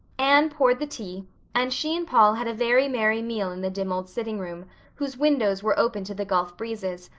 anne poured the tea and she and paul had a very merry meal in the dim old sitting room whose windows were open to the gulf breezes,